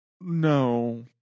no